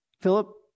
Philip